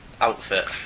outfit